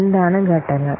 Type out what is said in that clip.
എന്താണ് ഘട്ടങ്ങൾ